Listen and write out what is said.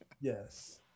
Yes